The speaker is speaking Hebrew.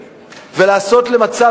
הבאים.